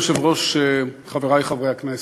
אדוני היושב-ראש, חברי חברי הכנסת,